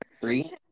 Three